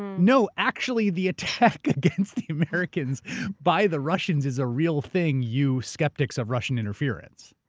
and no, actually the attack against the americans by the russians is a real thing, you skeptics of russian interference.